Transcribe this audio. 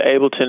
Ableton